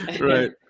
Right